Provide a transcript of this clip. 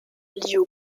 liu